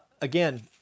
Again